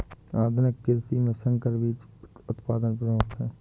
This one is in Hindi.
आधुनिक कृषि में संकर बीज उत्पादन प्रमुख है